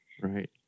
Right